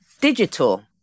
Digital